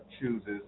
chooses